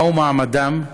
מהו מעמדם?